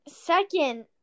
second